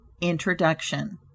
Introduction